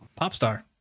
Popstar